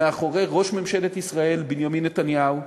מאחורי ראש ממשלת ישראל בנימין נתניהו,